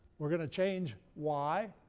we're going to change y,